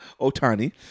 Otani